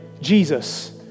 Jesus